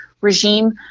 regime